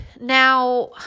Now